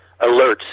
alerts